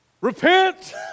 Repent